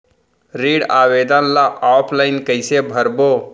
ऋण आवेदन ल ऑफलाइन कइसे भरबो?